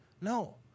No